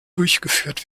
durchgeführt